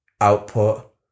output